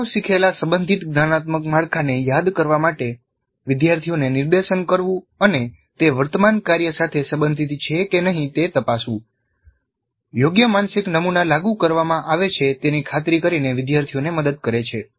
અગાઉ શીખેલા સંબંધિત જ્ઞાનાત્મક માળખાને યાદ કરવા માટે વિદ્યાર્થીઓને નિર્દેશન કરવું અને તે વર્તમાન કાર્ય સાથે સંબંધિત છે કે નહીં તે તપાસવું યોગ્ય માનસિક નમુના લાગુ કરવામાં આવે છે તેની ખાતરી કરીને વિદ્યાર્થીઓને મદદ કરે છે